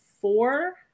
four